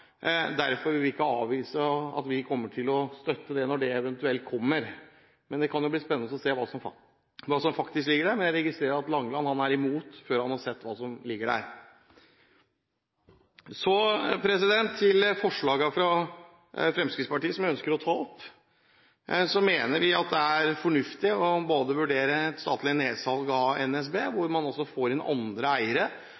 derfor vil vi ikke avvise at vi kommer til å støtte det når det eventuelt kommer. Det kan jo bli spennende å se hva som faktisk ligger der, men jeg registrerer at Langeland er imot det før han har sett hva som ligger i det. Så til forslagene fra Fremskrittspartiet, som jeg ønsker å ta opp. Vi mener at det er fornuftig å vurdere et statlig nedsalg av NSB,